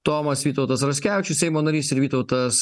tomas vytautas raskevičius seimo narys ir vytautas